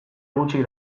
gutxik